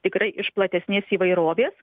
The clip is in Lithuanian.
tikrai iš platesnės įvairovės